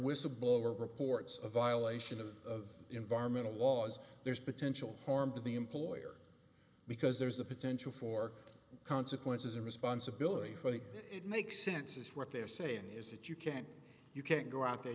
whistleblower reports of violation of environmental laws there's potential harm to the employer because there's a potential for consequences in responsibility for think it makes sense is what they're saying is that you can't you can't go out there